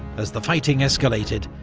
as the fighting escalated,